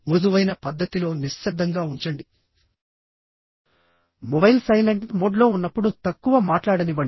మృదువైన పద్ధతిలో నిశ్శబ్దంగా ఉంచండి మొబైల్ సైలెంట్ మోడ్లో ఉన్నప్పుడు తక్కువ మాట్లాడనివ్వండి